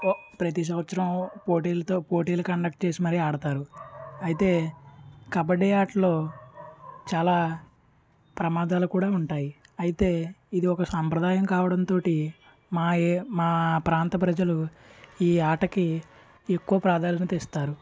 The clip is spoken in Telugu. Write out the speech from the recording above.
ప్రతీ సంవత్సరం పోటీలుతో పోటీలు కండక్ట్ చేసి మరీ ఆడతారు అయితే కబడ్డీ ఆటలో చాలా ప్రమాదాలు కూడ ఉంటాయి అయితే ఇది ఒక సాంప్రదాయం కావడంతోటి మా ఏ మా ప్రాంత ప్రజలు ఈ ఆటకి ఎక్కువ ప్రాధాన్యత ఇస్తారు